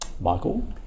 Michael